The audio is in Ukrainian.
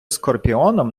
скорпіоном